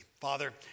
Father